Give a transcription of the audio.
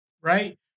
right